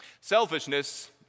Selfishness